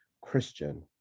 christian